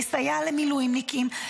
לסייע למילואימניקים.